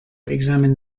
examine